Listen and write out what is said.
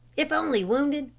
if only wounded,